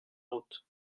route